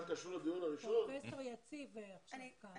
פרופסור יציב עכשיו כאן.